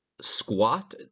squat